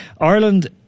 Ireland